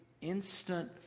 instant